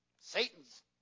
Satan's